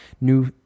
new